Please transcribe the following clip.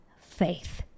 faith